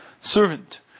servant